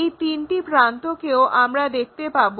এই তিনটি প্রান্তকেও আমরা দেখতে পাব